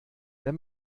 wenn